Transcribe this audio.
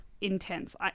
intense